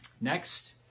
Next